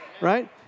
Right